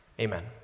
Amen